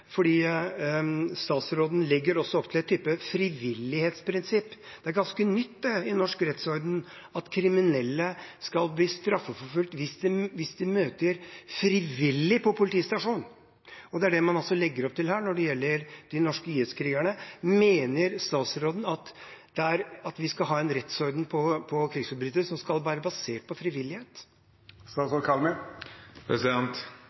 fordi han ikke ønsker å ta det ansvaret. Da må jeg komme tilbake til en annen del av mitt spørsmål, for statsråden legger også opp til en type frivillighetsprinsipp. Det er ganske nytt i norsk rettsorden at kriminelle skal bli straffeforfulgt hvis de møter frivillig på politistasjonen! Det er altså det man legger opp til her når det gjelder de norske IS-krigerne. Mener statsråden at vi skal ha en rettsorden når det gjelder krigsforbrytere som skal